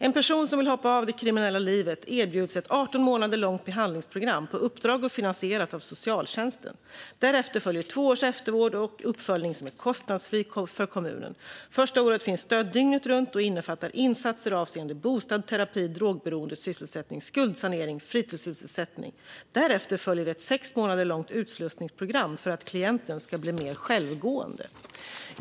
En person som vill hoppa av det kriminella livet erbjuds ett 18 månader långt behandlingsprogram på uppdrag och finansierat av socialtjänsten. Därefter följer två års eftervård och uppföljning som är kostnadsfri för kommunen. Första året finns stöd dygnet runt och innefattar insatser avseende bostad, terapi, drogberoende, sysselsättning, skuldsanering och fritidssysselsättning. Därefter följer ett sex månader långt utslussningsprogram för att klienten ska bli mer självgående.